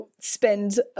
spend